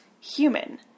human